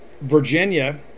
Virginia